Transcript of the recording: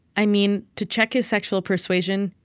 i mean, to check his sexual persuasion,